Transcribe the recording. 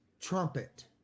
trumpet